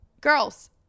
Girls